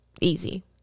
Easy